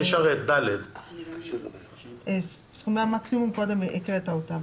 אנחנו מקבלים פה את אותם סכומי בסיס שציינו קודם לפי הרכב המשפחה.